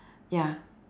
ya